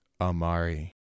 amari